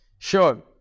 Sure